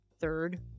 Third